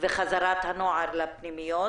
וחזרת הנוער לפנימיות.